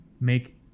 make